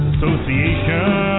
Association